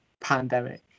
pandemic